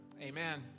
amen